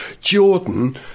jordan